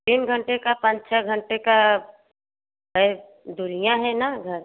तीन घंटे का पाँच छः घंटे का है दूरियाँ है न घर